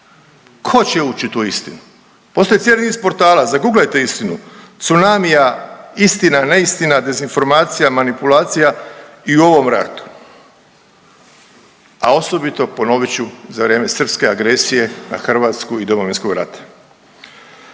tko će ući u tu istinu. Postoji cijeli niz portala, zaguglajte istinu, cunamija istina, neistina, dezinformacija, manipulacija i u ovom ratu, a osobito ponovit ću za vrijeme srpske agresije na Hrvatsku i Domovinskog rata.